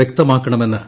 വ്യക്തമാക്കണമെന്ന് യു